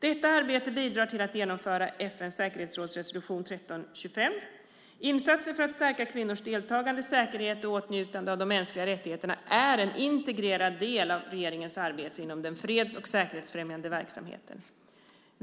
Detta arbete bidrar till att genomföra FN:s säkerhetsrådsresolution 1325. Insatser för att stärka kvinnors deltagande, säkerhet och åtnjutande av de mänskliga rättigheterna är en integrerad del av regeringens arbete inom den freds och säkerhetsfrämjande verksamheten.